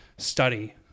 study